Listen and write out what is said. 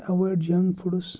avoid junk foods